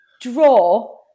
draw